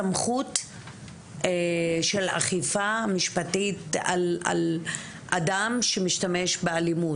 סמכות של אכיפה משפטית על אדם שמשתמש באלימות,